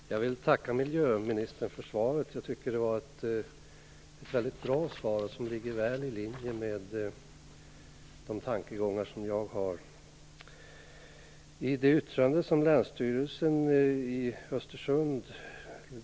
Fru talman! Jag vill tacka miljöministern för svaret. Jag tycker att det var ett väldigt bra svar som ligger väl i linje med de tankegångar som jag har.